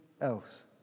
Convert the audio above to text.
else